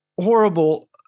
horrible